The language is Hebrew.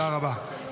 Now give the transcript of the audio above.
תודה רבה.